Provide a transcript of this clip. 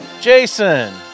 Jason